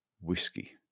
whiskey